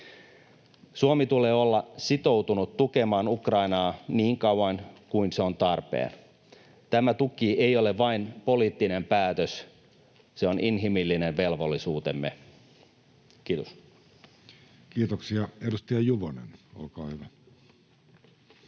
Suomen tulee olla sitoutunut tukemaan Ukrainaa niin kauan kuin se on tarpeen. Tämä tuki ei ole vain poliittinen päätös, se on inhimillinen velvollisuutemme. — Kiitos. Kiitoksia. — Edustaja Juvonen, olkaa hyvä.